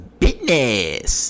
business